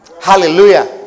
Hallelujah